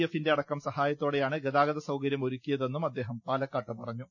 എഫിന്റെ അടക്കം സഹായത്തോടെയാണ് ഗതാഗത സൌകര്യം ഒരു ക്കിയതെന്നും അദ്ദേഹം പാലക്കാട്ട് പറഞ്ഞു